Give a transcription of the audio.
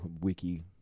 wiki